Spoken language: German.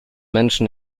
menschen